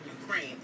ukraine